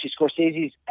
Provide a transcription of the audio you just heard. Scorsese's